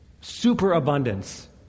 superabundance